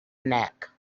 neck